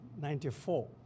1994